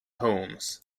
homes